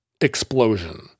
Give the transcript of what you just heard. explosion